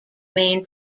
main